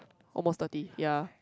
almost thirty ya